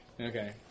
Okay